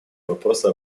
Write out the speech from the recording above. вопроса